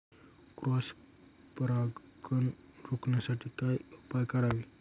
Cross परागकण रोखण्यासाठी काय उपाय करावे?